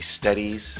studies